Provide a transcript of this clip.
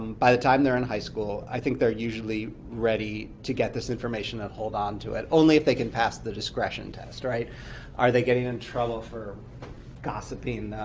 by the time they're in high school, i think they're usually ready to get this information and hold onto it only if they can pass the discretion test. are they getting in trouble for gossiping